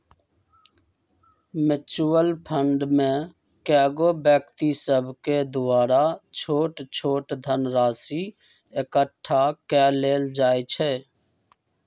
mutual fund में कएगो व्यक्ति सभके द्वारा छोट छोट धनराशि एकठ्ठा क लेल जाइ छइ